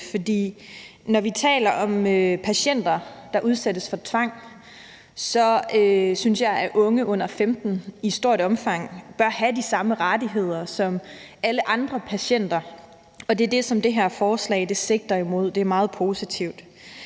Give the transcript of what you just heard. for når vi taler om patienter, der udsættes for tvang, synes jeg, at unge under 15 år i stort omfang bør have de samme rettigheder som alle andre patienter, og det er det, som det her forslag sigter imod. Det er meget positivt.